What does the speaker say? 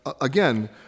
again